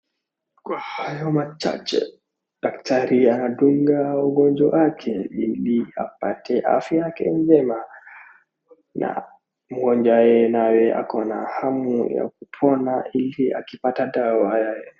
Kwa hayo machache, daktari anadunga mgonjwa wake ili apate afya yake njema na mgonjwa yeye naye ako na hamu ya kupona ili akipata dawa ya...